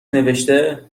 نوشته